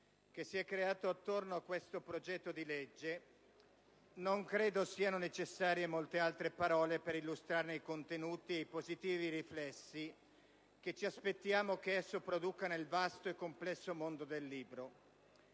che si è creato attorno a questo progetto di legge, non credo siano necessarie molte altre parole per illustrarne i contenuti e i positivi riflessi che ci aspettiamo che esso produca nel vasto e complesso mondo del libro.